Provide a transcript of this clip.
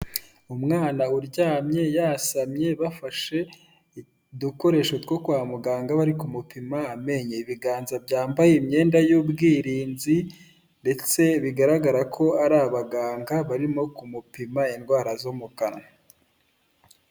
Umwana uryamye yasamye bafashe udukoresho two kwa muganga bari kumupima amenyo, ibiganza byambaye imyenda y'ubwirinzi ndetse bigaragara ko ari abaganga, barimo kumupima indwara zo mu kanwa.